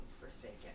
forsaken